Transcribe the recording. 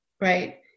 right